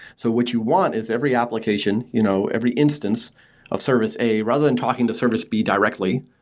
so what you want is every application, you know every instance of service a, rather than talking to service b directly,